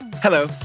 Hello